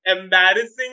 embarrassing